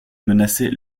menaçait